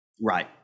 Right